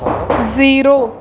zero